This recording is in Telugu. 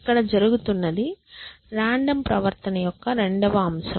ఇక్కడ జరుగుతున్నది రాండమ్ ప్రవర్తన యొక్క రెండవ అంశం